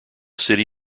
city